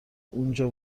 اونجا